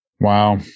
Wow